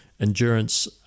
Endurance